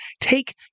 take